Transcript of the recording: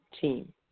team